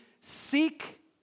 seek